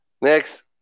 next